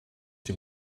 die